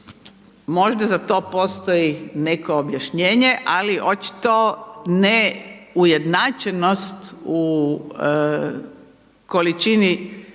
Možda za to postoji neko objašnjenje ali očito ne ujednačenost u količini